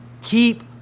Keep